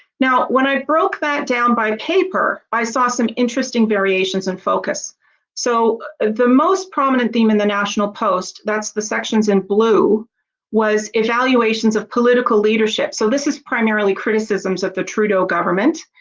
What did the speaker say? now when i broke that down by paper i saw some interesting variations in focus so the most prominent theme in the national post that's the sections in blue was evaluations of political leadership so this is primarily criticisms of the trudeau government,